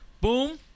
boom